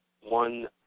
one